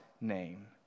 name